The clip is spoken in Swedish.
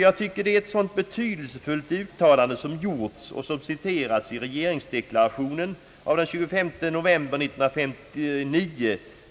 Jag tycker att det uttalande som statsministern gjorde den 235 november 1959 och som citeras i dagens regeringsdeklaration är så betydelsefullt att